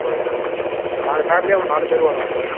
okay sir okay sir நாங்கள் ஃபேமிலியாக ஒரு நாலு பேர் வர்றோம் சார்